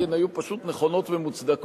כי הן היו פשוט נכונות ומוצדקות,